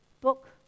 book